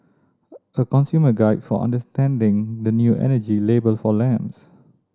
a consumer guide for understanding the new energy label for lamps